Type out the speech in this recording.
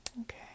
Okay